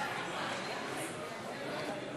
לעזרה חלק מהם ברחו בגלל סכנת חיים,